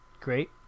great